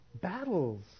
battles